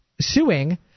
suing